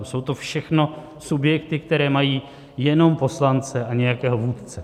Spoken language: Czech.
Jsou to všechno subjekty, které mají jenom poslance a nějakého vůdce.